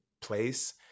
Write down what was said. place